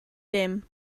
dim